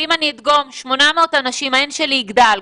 ואם אני דוגמת 800 אנשים ה-N שלי יגדל.